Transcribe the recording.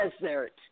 desert